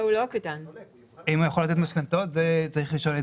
הם גם לא יכולים -- אבל אני אומר לך שהם מאוד רחוקים מזה,